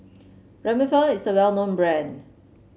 Remifemin is a well known brand